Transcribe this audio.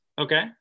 Okay